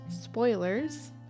spoilers